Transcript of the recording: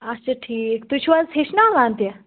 اَچھا ٹھیٖک تُہۍ چھِو حظ ہیٚچھناوان تہِ